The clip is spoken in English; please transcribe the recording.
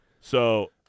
So-